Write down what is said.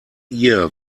ihr